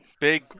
Big